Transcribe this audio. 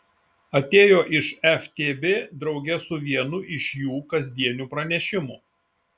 atėjo iš ftb drauge su vienu iš jų kasdienių pranešimų